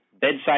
Bedside